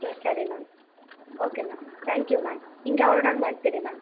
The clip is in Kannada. ಹಾಂ ಸರಿ ma'am okay ma'am thank you ma'am ಹೀಗೆ ಆರ್ಡರ್ ಮಾಡ್ತಿರಿ ಮ್ಯಾಮ್